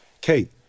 Kate